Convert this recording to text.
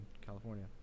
California